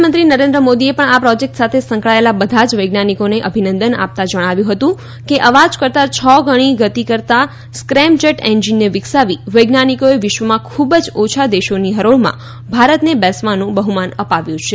પ્રધાનમંત્રી નરેન્દ્ર મોદીએ પણ આ પ્રોજેક્ટ સાથે સંકળાયેલા બધા જ વૈજ્ઞાનિકોને અભિનંદન આપતા જણાવ્યું હતું કે અવાજ કરતાં છ ગણી ગતિ કરતાં સ્કેમજેટ એન્જિનને વિકસાવી વૈજ્ઞાનિકોએ વિશ્વમાં ખૂબ જ ઓછા દેશોની હરોળમાં ભારતને બેસવાનું બહ્માન અપાવ્યું છે